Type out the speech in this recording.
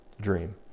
dream